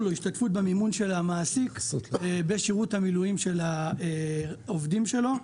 או השתתפות במימון של המעסיק בשירות המילואים של העובדים שלו.